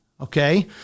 Okay